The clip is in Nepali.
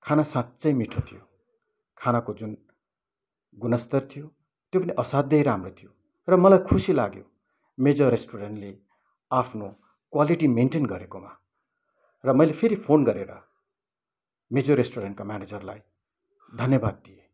खाना साँच्चै मिठो थियो खानाको जुन गुणस्तर थियो त्यो पनि असाध्यै राम्रो थियो र मलाई खुसी लाग्यो मेजोर रेस्टुरेन्टले आफ्नो क्वालिटी मेन्टेन गेरेकोमा र मैले फेरि फोन गरेर मेजोर रेस्टुरेन्टको म्यानेजरलाई धन्यवाद दिएँ